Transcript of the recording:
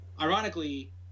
Ironically